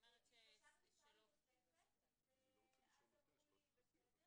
עכשיו אני רוצה לומר לך משהו.